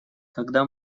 когда